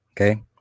Okay